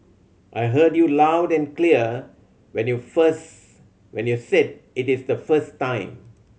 I heard you loud and clear when you first when you said it is the first time